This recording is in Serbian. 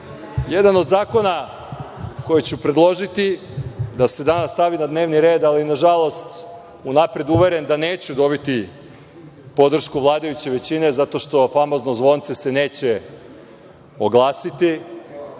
žive. Jedan od zakona koji ću predložiti da se danas stavi na dnevni red, ali na žalost unapred uveren da neću dobiti podršku vladajuće većine zato što famozno zvonce neće se oglasiti,